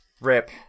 Rip